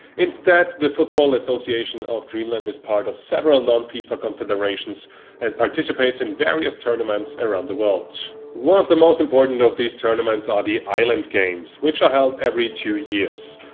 instead the football association of greenland is part of several non fifa confederations and participates in various tournaments around the world. one of the most important of these tournaments are the island games, which are held every two years.